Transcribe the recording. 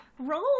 Roll